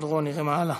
בהיעדרו, נראה מה הלאה.